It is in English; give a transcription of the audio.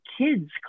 kids